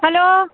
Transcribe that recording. hello